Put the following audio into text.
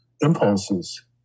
impulses